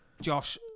Josh